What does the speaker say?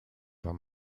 zwar